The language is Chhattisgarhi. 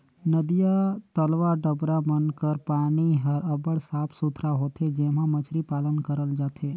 नदिया, तलवा, डबरा मन कर पानी हर अब्बड़ साफ सुथरा होथे जेम्हां मछरी पालन करल जाथे